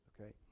okay